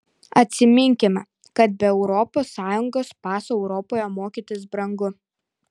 atsiminkime kad be europos sąjungos paso europoje mokytis brangu